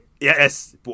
Yes